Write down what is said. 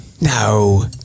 No